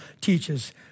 teaches